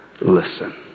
listen